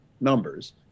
numbers